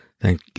thank